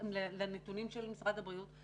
לנתונים של משרד הבריאות.